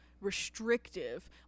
restrictive